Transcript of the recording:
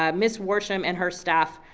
ah miss worsham and her staff,